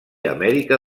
amèrica